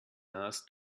asked